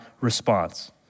response